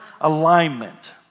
alignment